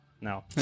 No